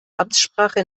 amtssprache